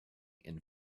and